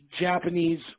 Japanese